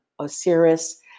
Osiris